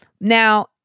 Now